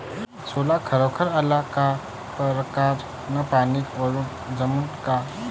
सोला खारावर आला का परकारं न पानी वलनं जमन का?